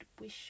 wish